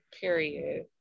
Period